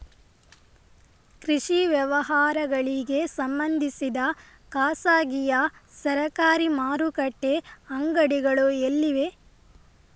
ಕೃಷಿ ವ್ಯವಹಾರಗಳಿಗೆ ಸಂಬಂಧಿಸಿದ ಖಾಸಗಿಯಾ ಸರಕಾರಿ ಮಾರುಕಟ್ಟೆ ಅಂಗಡಿಗಳು ಎಲ್ಲಿವೆ?